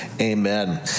Amen